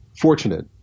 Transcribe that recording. fortunate